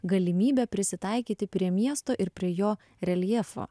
galimybę prisitaikyti prie miesto ir prie jo reljefo